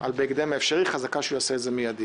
על "בהקדם האפשרי", חזקה שהוא יעשה את זה מידית,